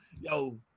Yo